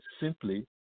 simply